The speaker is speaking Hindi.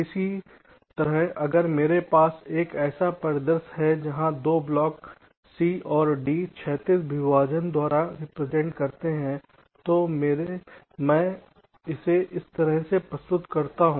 इसी तरह अगर मेरे पास एक ऐसा परिदृश्य है जहां 2 ब्लॉक C और D क्षैतिज विभाजन द्वारा रिप्रजेंट करते हैं तो मैं इसे इस तरह से प्रस्तुत करता हूं